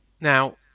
Now